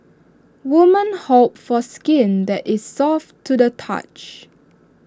women hope for skin that is soft to the touch